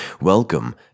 Welcome